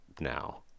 now